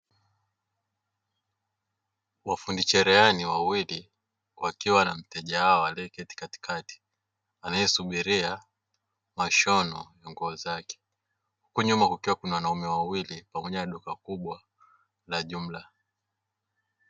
Mafundi cherehani wawili wakiwa na mteja wao aliyeketi katikati anayesubiria mashono ya nguo zake, huku nyuma kukiwa na wanaume wawili pamoja na duka kubwa la jumla.